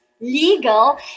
Legal